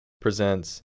presents